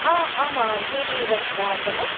ஆ ஆமாம் GT events ma'am தானே